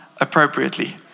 appropriately